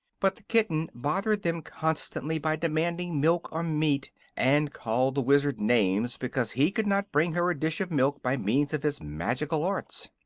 but the kitten bothered them constantly by demanding milk or meat, and called the wizard names because he could not bring her a dish of milk by means of his magical arts.